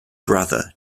brother